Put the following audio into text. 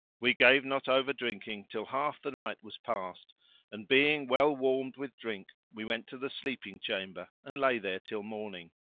we gave not over drinking till half the night was past and, being well warmed with drink, we went to the sleeping chamber and lay there till morning.